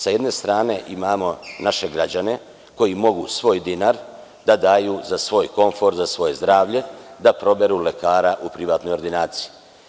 Sa jedne strane imamo naše građane koji mogu svojdinar da daju za svoj komfor, za svoje zdravlje, da proberu lekara u privatnoj ordinaciji.